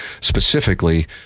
specifically